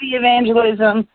evangelism